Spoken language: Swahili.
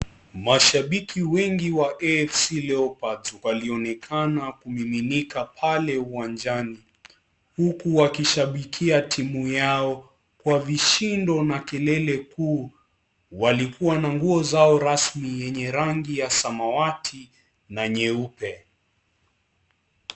Mashabiki wengi wa AFC Leopards walionekana wakimiminika uwanjani, huku wakishabikia timu yao kwa vishindo na kelele kuu. Walikuwa na nguo zao rasmi zenye rangi ya samawati na nyeupe.